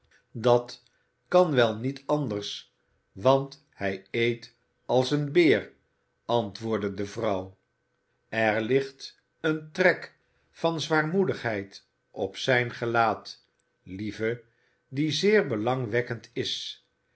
dat kan wel niet anders want hij eet als een beer antwoordde de vrouw er ligt een trek van zwaarmoedigheid op zijn gelaat lieve die zeer belangwekkend is